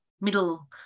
Middle